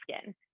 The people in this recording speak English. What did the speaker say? skin